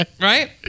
Right